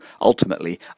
ultimately